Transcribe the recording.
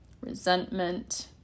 resentment